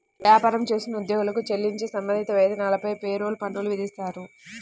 వ్యాపారం చేస్తున్న ఉద్యోగులకు చెల్లించే సంబంధిత వేతనాలపై పేరోల్ పన్నులు విధిస్తారు